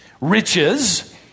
riches